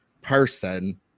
person